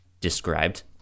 described